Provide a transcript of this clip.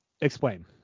explain